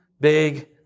big